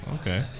Okay